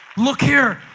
look here.